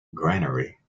granary